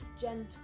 gentle